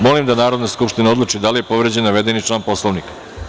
Molim da Narodna skupština odluči da li je povređen navedeni član Poslovnika.